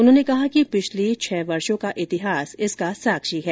उन्होंने कहा कि पिछले छह वर्षों का इतिहास इसका साक्षी है